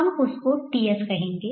हम उसको Ts कहेंगे